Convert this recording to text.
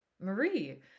Marie